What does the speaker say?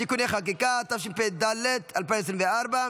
(תיקוני חקיקה), התשפ"ד 2024,